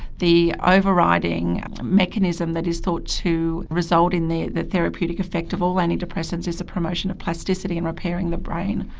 the overriding mechanism that is thought to result in the the therapeutic effect of all antidepressants is a promotion of plasticity and repairing the brain.